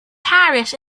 harris